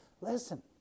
listen